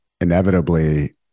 inevitably